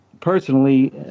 personally